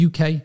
UK